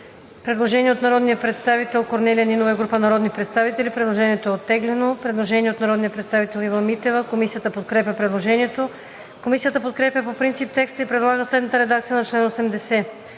предложение на народния представител Корнелия Нинова и група народни представители. Комисията подкрепя предложението. Предложение на народния представител Ива Митева. Комисията подкрепя предложението. Комисията подкрепя по принцип текста и предлага следната редакция на чл.